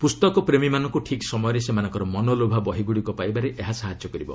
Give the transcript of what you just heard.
ପୁସ୍ତକପ୍ରେମୀମାନଙ୍କୁ ଠିକ୍ ସମୟରେ ସେମାନଙ୍କର ମନଲୋଭା ବହିଗୁଡ଼ିକ ପାଇବାରେ ଏହା ସାହାଯ୍ୟ କରିବ